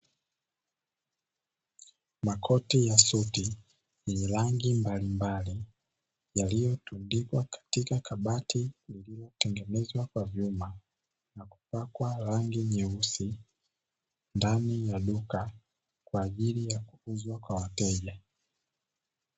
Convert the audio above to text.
Makoti ya suti yenye rangi mbalimbali yaliyotundikwa katika kabati lililotengenezwa kwa vyuma kwa rangi nyeusi, ndani ya duka kwaajili ya kuuzwa kwa wateja.